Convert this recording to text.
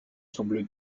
semble